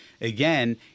again